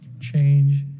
Change